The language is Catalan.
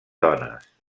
dones